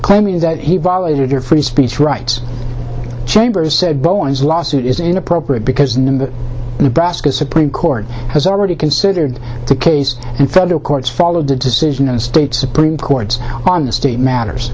claiming that he violated their free speech rights chambers said bowen's lawsuit is inappropriate because in the nebraska supreme court has already considered the case and federal courts followed the decision of state supreme courts on the state matters